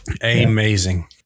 Amazing